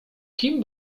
kim